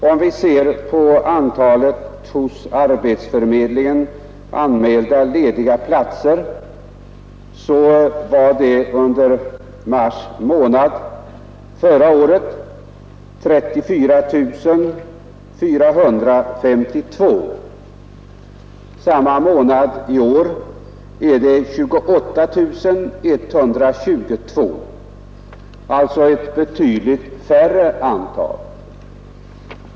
Om vi ser på antalet hos arbetsförmedlingen anmälda lediga platser var det under mars förra året 34 452. Samma månad i år är det 28 122, alltså ett betydligt lägre antal.